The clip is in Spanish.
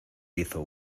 hizo